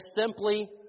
simply